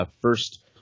First